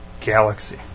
galaxy